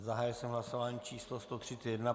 Zahájil jsem hlasování číslo 131.